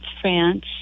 France